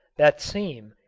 that seem,